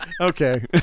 Okay